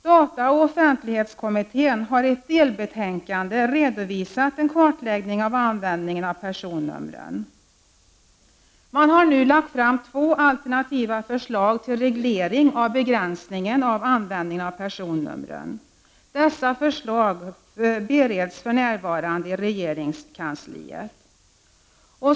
Dataoch offentlighetskommittén har i ett delbetänkande redovisat en kartläggning av användningen av personnumren. Man har nu lagt fram två alternativa förslag till reglering av begränsningen av användningen av personnumren. Dessa förslag bereds för närvarande i regeringskansliet.